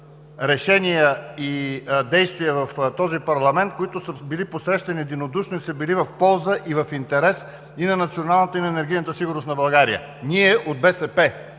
решения и действия в този парламент, които са били посрещани единодушно и са били в полза и в интерес и на националната, и на енергийната сигурност на България. Ние от БСП,